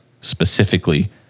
specifically